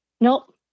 Nope